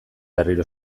berriro